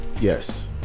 yes